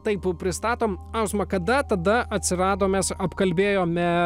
taip pristatome klausimą kada tada atsirado mes apkalbėjome